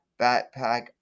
backpack